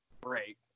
break